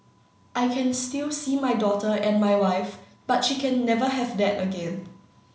I can still see my daughter and my wife but she can never have that again